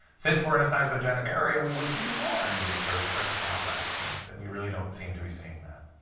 since we're in a seismogenic area, we would see more induced earthquakes, not less, and that we really don't seem to be seeing that.